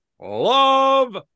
Love